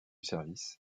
service